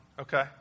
Okay